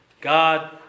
God